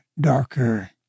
darker